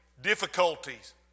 difficulties